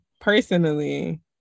personally